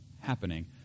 happening